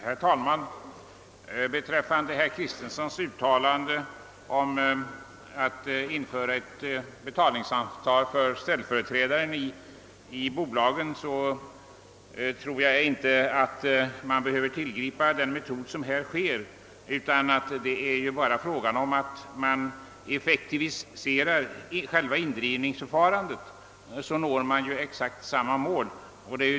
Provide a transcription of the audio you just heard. Herr talman! Beträffande herr Kristensons uttalande till förmån för införande av ett betalningsansvar för ställföreträdare i bolagen vill jag anföra att jag inte tror att man behöver tillgripa den metoden. Om man endast effektiviserar själva indrivningsförfarandet når man exakt samma mål.